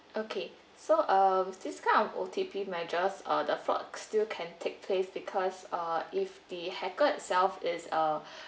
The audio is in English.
okay so err this kind of O_T_P measures uh the fraud still can take place because uh with the hacker itself is uh